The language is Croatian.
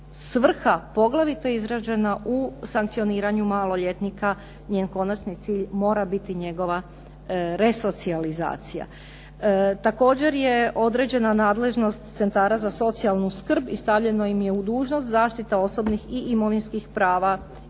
svrha poglavito izražena u sankcioniranju maloljetnika. Njen konačni cilj mora biti njegova resocijalizacija. Također je određena nadležnost centara za socijalnu skrb i stavljeno im je u dužnost zaštita osobnih i imovinskih prava i interesa